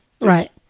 Right